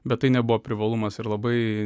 bet tai nebuvo privalumas ir labai